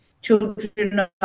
Children